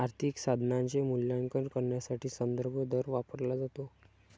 आर्थिक साधनाचे मूल्यांकन करण्यासाठी संदर्भ दर वापरला जातो